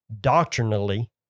doctrinally